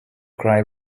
cry